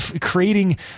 creating